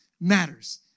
matters